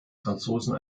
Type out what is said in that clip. franzosen